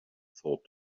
thought